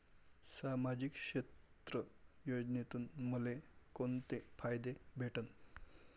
सामाजिक क्षेत्र योजनेतून मले कोंते फायदे भेटन?